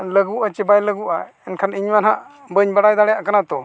ᱞᱟᱜᱩᱜᱼᱟ ᱪᱮ ᱵᱟᱭ ᱞᱟᱜᱩᱜᱼᱟ ᱮᱱᱠᱷᱟᱱ ᱤᱧᱢᱟ ᱱᱟᱜ ᱵᱟᱹᱧ ᱵᱟᱰᱟᱭ ᱫᱟᱲᱮᱭᱟᱜ ᱠᱟᱱᱟ ᱛᱚ